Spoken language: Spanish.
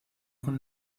con